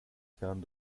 kern